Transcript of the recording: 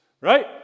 right